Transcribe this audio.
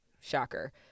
shocker